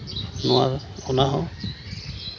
ᱱᱚᱣᱟ ᱚᱱᱟ ᱦᱚᱸ